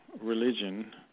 Religion